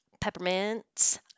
Peppermints